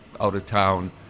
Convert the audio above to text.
out-of-town